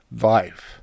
life